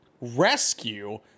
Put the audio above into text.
rescue